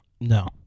No